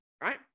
right